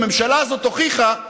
הממשלה הזאת הוכיחה,